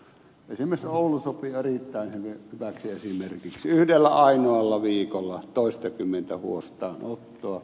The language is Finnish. esimerkiksi oulu sopii erittäin hyväksi esimerkiksi yhdellä ainoalla viikolla toistakymmentä huostaanottoa